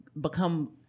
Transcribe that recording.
become